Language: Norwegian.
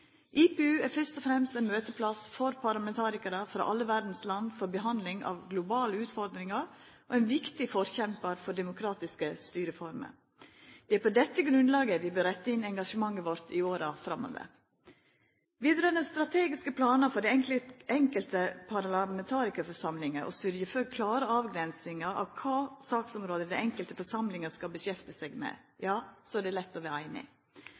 er først og fremst ein møteplass for parlamentarikarar frå alle verdas land for behandling av globale utfordringar og ein viktig forkjempar for demokratiske styreformer. Det er på dette grunnlaget vi bør retta inn engasjementet vårt i åra framover. Når det gjeld «å bidra til utformingen av strategiske planer for de enkelte parlamentarikerforsamlinger og sørge for klare avgrensinger av hvilke saksområder de enkelte forsamlingene skal beskjeftige seg med», er det lett å vera einig.